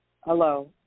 hello